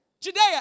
Judea